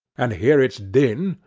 and hear its din,